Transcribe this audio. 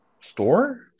Store